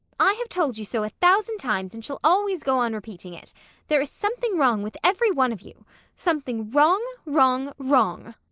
i have told you so a thousand times and shall always go on repeating it there is something wrong with every one of you something wrong, wrong, wrong!